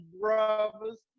brothers